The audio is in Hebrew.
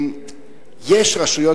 יש רשויות